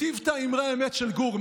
מתיבתא אמרי אמת, של גור.